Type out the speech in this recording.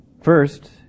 first